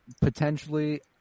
Potentially